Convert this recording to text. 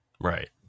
Right